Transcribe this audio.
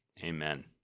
Amen